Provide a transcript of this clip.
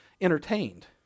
entertained